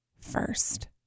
first